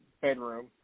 bedroom